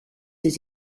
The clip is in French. des